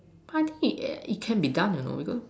party eh it can be done you know because